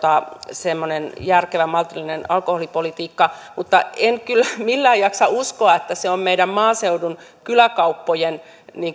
semmoinen järkevä ja maltillinen alkoholipolitiikka mutta en kyllä millään jaksa uskoa että se on meidän maaseudun kyläkauppojen